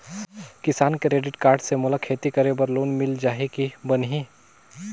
किसान credit card से मोला खेती करे बर लोन मिल जाहि की बनही??